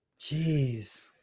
Jeez